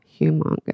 Humongous